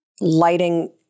lighting